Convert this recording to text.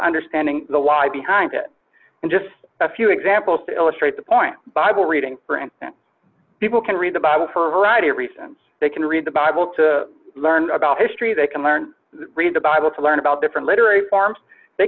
understanding the why behind it and just a few examples to illustrate the point bible reading for and people can read the bible for a variety of reasons they can read the bible to learn about history they can learn read the bible to learn about different literary forms they